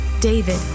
David